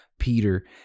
Peter